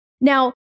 Now